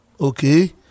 Okay